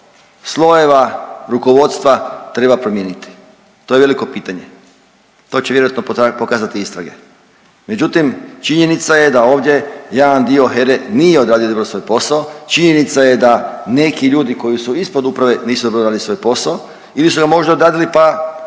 slojeva rukovodstva treba promijeniti? To je veliko pitanje. To će vjerojatno pokazati istrage. Međutim, činjenica je da ovdje jedan dio HERA-e nije odradio dobro svoj posao, činjenica je da neki ljudi koji su ispod uprave nisu odradili svoj posao ili su ga možda odradili pa